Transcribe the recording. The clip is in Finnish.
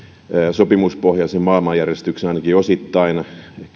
sopimuspohjaisen maailmanjärjestyksen ainakin osittain